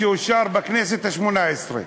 שאושר בכנסת השמונה-עשרה,